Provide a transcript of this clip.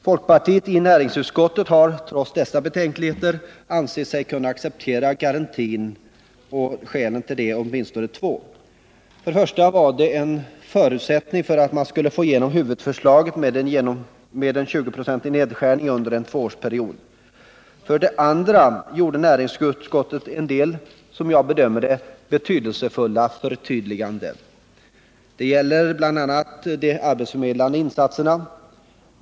Folkpartiets representanter i näringsutskottet har trots dessa betänkligheter ansett sig kunna acceptera garantin. Skälen härtill är åtminstone två. För det första var det en förutsättning för att man skulle få igenom huvudförslaget om en 20-procentig nedskärning under en tvåårsperiod. För det andra gjorde näringsutskottet en del, som jag bedömer det, betydelsefulla förtydliganden. Det gäller bl.a. de arbetsförmedlande insatserna.